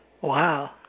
Wow